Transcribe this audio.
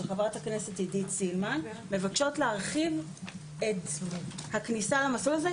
חברת הכנסת עידית סילמן מבקשות להרחיב את הכניסה למסלול הזה,